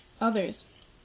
others